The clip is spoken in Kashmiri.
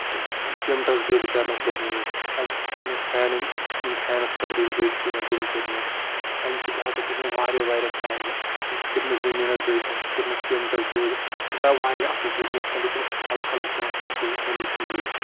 سِش سیٖمٹَس زٔد کَرنَس لوگ مےٚ یہِ اَمہِ سۭتۍ کٔرۍ مےٚ فینٕنۍ یِم فینَس خٲطرٕ یِم زٔدۍ چھِ یِوان تِم کٔرۍ مےٚ اَمہِ سۭتۍ ہسا کٔرۍ مےٚ واریاہ واریاہ کامہِ اَمہِ سۭتۍ کٔرۍ مےٚ زمیٖنَس زٔدۍ اَمہِ سۭتۍ کوٚر مےٚ سیٖمٹَس زوٚد یہِ درٛاو واریاہ اَصٕل چیٖز مےٚ ٲسۍ تَمہِ دۄہ تِم حَلحَلٕکۍ پونٛسہٕ مےٚ کوٚر اوٚن یہِ چیٖز